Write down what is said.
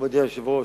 מכובדי היושב-ראש,